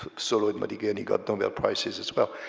solow and modogliani got nobel prizes as well,